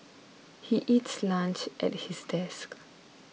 he eats lunch at his desk